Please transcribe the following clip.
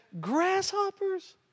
Grasshoppers